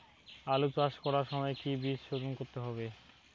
আলু চাষ করার সময় কি বীজ শোধন করতে হবে?